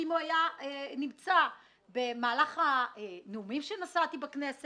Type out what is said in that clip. כי אם הוא היה נמצא במהלך הנאומים שנשאתי בכנסת